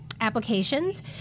applications